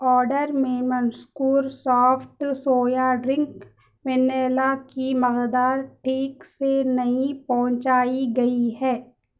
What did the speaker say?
order میں منذکور soft soya drink vanilla کی مقدار ٹھیک سے نہیں پہنچائی گئی ہے